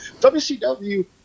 wcw